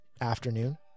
afternoon